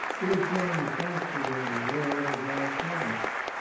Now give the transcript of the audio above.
it is manu factured in the world of our thoughts,